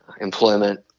employment